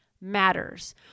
matters